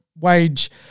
wage